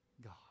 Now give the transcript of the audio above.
God